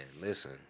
listen